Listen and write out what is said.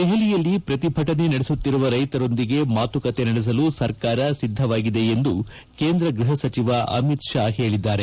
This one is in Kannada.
ದೆಹಲಿಯಲ್ಲಿ ಪ್ರತಿಭಟನೆ ನಡೆಸುತ್ತಿರುವ ರೈತರೊಂದಿಗೆ ಮಾತುಕತೆ ನಡೆಸಲು ಸರ್ಕಾರ ಸಿದ್ದವಾಗಿದೆ ಎಂದು ಕೇಂದ್ರ ಗೃಹ ಸಚಿವ ಅಮಿತ್ ಷಾ ಹೇಳಿದ್ದಾರೆ